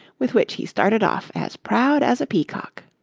with which he started off as proud as a peacock.